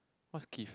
what's Keith